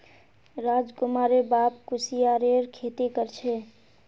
राजकुमारेर बाप कुस्यारेर खेती कर छे